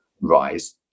rise